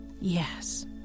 Yes